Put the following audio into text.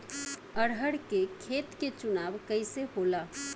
अरहर के खेत के चुनाव कइसे होला?